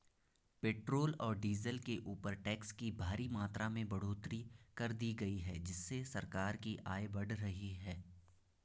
petrol और diesel के ऊपर टैक्स की भारी मात्रा में बढ़ोतरी कर दी गई है जिससे सरकार की आय बढ़ रही है